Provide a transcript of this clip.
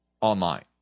online